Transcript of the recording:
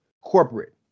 corporate